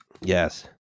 Yes